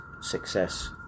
success